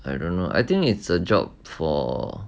I don't know I think it's a job for